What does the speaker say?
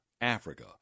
Africa